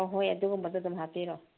ꯑꯍꯣꯏ ꯑꯗꯨꯒꯨꯝꯕꯗꯨ ꯑꯗꯨꯝ ꯍꯥꯞꯄꯤꯔꯛꯑꯣ